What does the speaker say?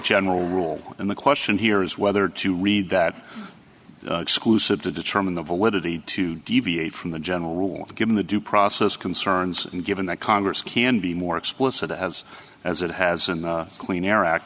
general rule and the question here is whether to read that exclusive to determine the validity to deviate from the general rule given the due process concerns and given that congress can be more explicit it has as it has in the clean air